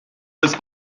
was